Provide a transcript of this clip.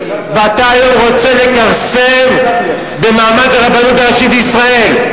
ואתה היום רוצה לכרסם במעמד הרבנות הראשית לישראל.